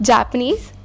Japanese